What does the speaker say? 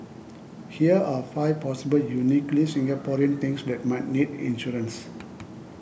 here are five possible uniquely Singaporean things that might need insurance